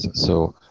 so